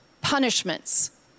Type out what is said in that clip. punishments